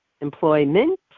Employment